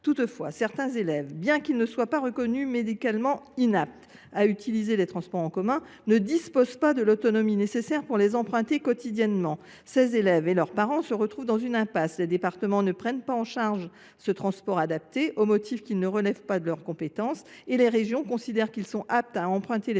Toutefois, certains élèves, bien qu’ils ne soient pas reconnus médicalement inaptes à utiliser les transports en commun, ne disposent pas de l’autonomie nécessaire pour les emprunter quotidiennement. Ces élèves et leurs parents se retrouvent dans une impasse : les départements ne prennent pas en charge ce transport adapté au motif qu’il ne relève pas de leur compétence, et les régions considèrent que ces élèves sont aptes à emprunter les transports scolaires